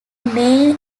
mayor